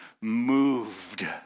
moved